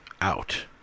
out